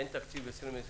אומנם אין תקציב ל-2021,